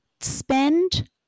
spend